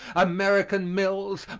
american mills,